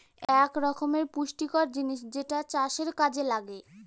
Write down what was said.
এক রকমের পুষ্টিকর জিনিস যেটা চাষের কাযে লাগে